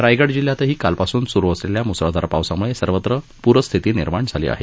रायगड जिल्हयातही कालपासून सुरु असलेल्या मुसळधार पावसामुळे सर्वत्र प्रस्थिती निर्माण झाली आहे